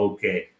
Okay